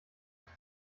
dich